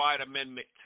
amendment